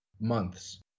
months